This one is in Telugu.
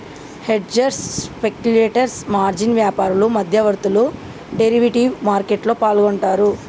హెడ్జర్స్, స్పెక్యులేటర్స్, మార్జిన్ వ్యాపారులు, మధ్యవర్తులు డెరివేటివ్ మార్కెట్లో పాల్గొంటరు